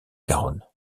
garonne